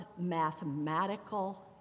mathematical